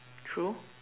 true